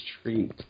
street